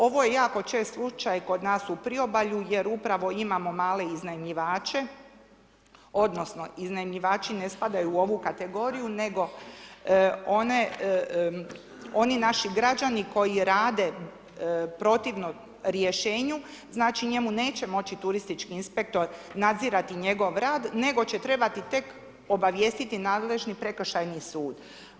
Ovo je jako čest slučaj kod nas u priobalju, jer upravo imamo male iznajmljivače odnosno iznajmljivači ne spadaju u ovu kategoriju, nego oni naši građani koji rade protivno Rješenju, znači njemu neće moći turistički inspektor nadzirati njegov rad, nego će trebati tek obavijestiti nadležni prekršajni sud.